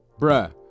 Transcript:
Bruh